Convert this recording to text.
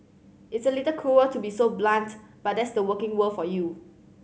it's a little cruel to be so blunt but that's the working world for you